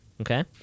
Okay